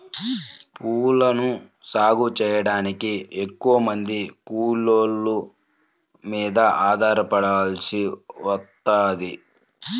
పూలను సాగు చెయ్యడానికి ఎక్కువమంది కూలోళ్ళ మీద ఆధారపడాల్సి వత్తది